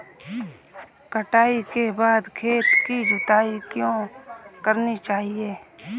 कटाई के बाद खेत की जुताई क्यो करनी चाहिए?